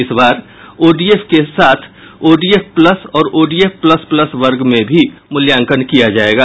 इस बार ओडीएफ के साथ ओडीएफ प्लस और ओडीएफ प्लस प्लस वर्ग में भी मूल्याकंन किया जायेगा